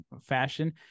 fashion